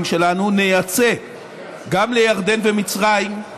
שלנו אנחנו נייצא גם לירדן ומצרים,